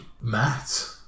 Matt